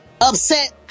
upset